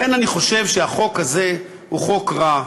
לכן אני חושב שהחוק הזה הוא חוק רע,